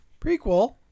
prequel